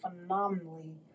phenomenally